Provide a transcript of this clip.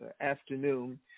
afternoon